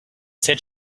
said